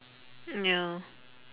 mm ya